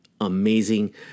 Amazing